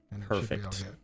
Perfect